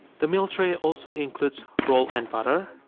the meal tray also includes roll and butter